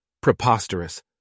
Preposterous